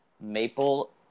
Maple